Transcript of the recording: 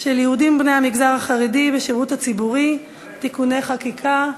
של יהודים בני המגזר החרדי בשירות הציבורי (תיקוני חקיקה).